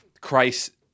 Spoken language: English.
Christ